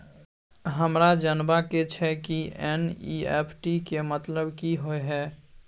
हमरा जनबा के छै की एन.ई.एफ.टी के मतलब की होए है?